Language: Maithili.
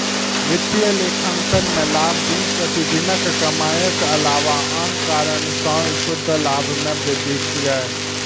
वित्तीय लेखांकन मे लाभ दिन प्रतिदिनक कमाइक अलावा आन कारण सं शुद्ध लाभ मे वृद्धि छियै